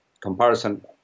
comparison